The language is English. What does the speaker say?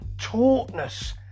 tautness